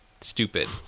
stupid